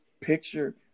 picture